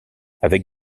avec